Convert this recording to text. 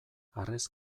harrez